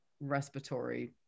respiratory